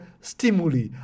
stimuli